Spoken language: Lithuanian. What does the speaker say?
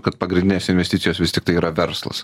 kad pagrindinės investicijos vis tiktai yra verslas